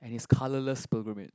and his colorless pilgrimage